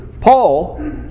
Paul